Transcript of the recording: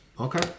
Okay